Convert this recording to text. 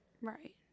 Right